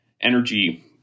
energy